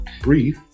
breathe